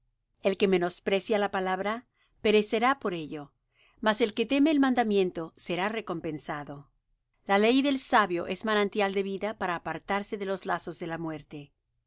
el que menosprecia la palabra perecerá por ello mas el que teme el mandamiento será recompensado la ley del sabio es manantial de vida para apartarse de los lazos de la muerte